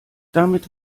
damit